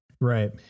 Right